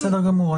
בסדר גמור.